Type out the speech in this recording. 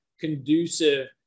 conducive